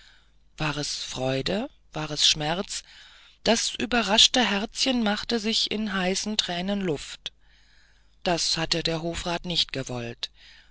war war es freude war es schmerz das überraschte herzchen machte sich in heißen tränen luft das hatte der hofrat nicht gewollt